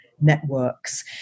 networks